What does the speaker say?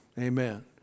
Amen